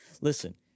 listen